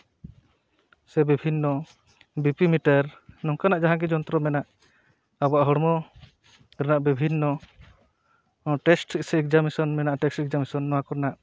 ᱥᱮ ᱵᱤᱵᱷᱤᱱᱱᱚ ᱰᱤᱯᱤᱱᱮᱴᱟᱨ ᱱᱚᱝᱠᱟᱱᱟᱜ ᱡᱟᱦᱟᱸ ᱜᱮ ᱡᱚᱱᱛᱨᱚ ᱢᱮᱱᱟᱜ ᱟᱵᱚᱣᱟᱜ ᱦᱚᱲᱢᱚ ᱨᱮᱱᱟᱜ ᱵᱤᱵᱷᱤᱱᱱᱚ ᱴᱮᱥᱴ ᱥᱮ ᱮᱠᱡᱟᱢᱤᱥᱚᱱ ᱢᱮᱱᱟᱜ ᱴᱮᱥᱴ ᱮᱠᱡᱟᱢᱤᱥᱚᱱ ᱱᱚᱣᱟ ᱠᱚᱨᱮᱱᱟᱜ